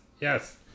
yes